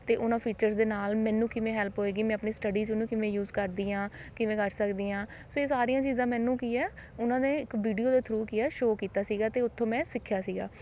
ਅਤੇ ਉਹਨਾਂ ਫੀਚਰਸ ਦੇ ਨਾਲ ਮੈਨੂੰ ਕਿਵੇਂ ਹੈਲਪ ਹੋਏਗੀ ਮੈਂ ਆਪਣੀ ਸਟੱਡੀਜ਼ ਉਹਨੂੰ ਕਿਵੇਂ ਯੂਜ਼ ਕਰਦੀ ਹਾਂ ਕਿਵੇਂ ਕਰ ਸਕਦੀ ਆਂ ਸੋ ਇਹ ਸਾਰੀਆਂ ਚੀਜ਼ਾਂ ਮੈਨੂੰ ਕੀ ਹੈ ਉਹਨਾਂ ਨੇ ਇੱਕ ਵੀਡੀਓ ਦੇ ਥਰੂ ਕੀ ਆ ਸ਼ੋ ਕੀਤਾ ਸੀਗਾ ਅਤੇ ਉੱਥੋਂ ਮੈਂ ਸਿੱਖਿਆ ਸੀਗਾ